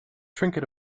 trinket